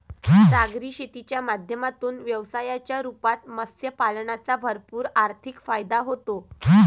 सागरी शेतीच्या माध्यमातून व्यवसायाच्या रूपात मत्स्य पालनाचा भरपूर आर्थिक फायदा होतो